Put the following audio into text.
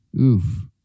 Oof